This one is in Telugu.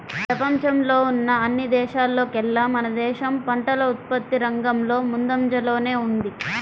పెపంచంలో ఉన్న అన్ని దేశాల్లోకేల్లా మన దేశం పంటల ఉత్పత్తి రంగంలో ముందంజలోనే ఉంది